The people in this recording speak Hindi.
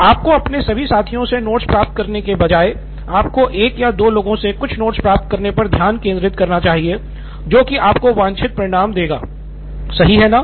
आपको अपने सभी साथियों से नोट्स प्राप्त करने के बजाय एक या दो लोगों से कुछ नोट्स प्राप्त करने पर ध्यान केंद्रित करना चाहिए जो की आपको वांछित परिणाम देगा सही कहा ना